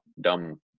dumb